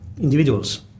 individuals